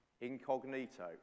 incognito